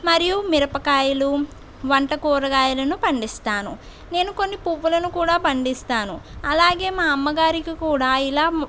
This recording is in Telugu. మరియు మిరపకాయలు వంట కూరగాయలను పండిస్తాను నేను కొన్ని పువ్వులను కూడా పండిస్తాను అలాగే మా అమ్మగారికి కూడా ఇలా